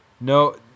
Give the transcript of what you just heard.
No